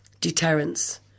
deterrence